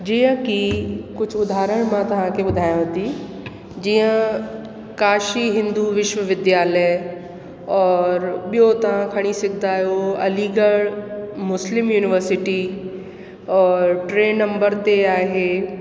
जीअं की कुझु उधारण मां तव्हांखे ॿुधायांव थी जीअं काशी हिंदू विश्वविद्दालय औरि ॿियो तव्हां खणी सघंदा आहियो अलीगढ़ मुस्लिम यूनिवर्सिटी औरि टे नंबर ते आहे